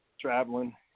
traveling